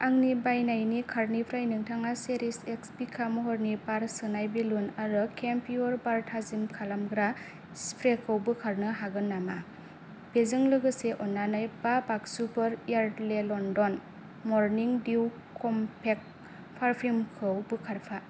आंनि बायनायनि कार्टनिफ्राय नोंथाङा चेरिश एक्स बिखा महरनि बार सोनाय बेलुन आरो केमप्युर बार थाजिम खालामग्रा स्प्रेखौ बोखारनो हागोन नामा बेजों लोगोसे अन्नानै बा बाक्सुफोर Yardley London morning dew compact पारफ्युमखौ बोखारफा